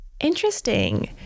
Interesting